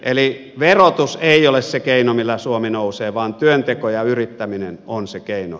eli verotus ei ole se keino millä suomi nousee vaan työnteko ja yrittäminen on se keino